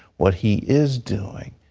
what he is doing,